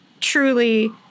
truly